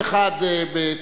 כל אחד בתחומו.